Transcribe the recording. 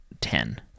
ten